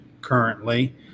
currently